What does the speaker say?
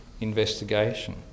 investigation